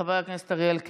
חבר הכנסת אריאל קלנר,